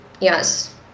yes